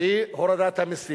הממשלה דיבר עליה, היא הורדת מסים.